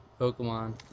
Pokemon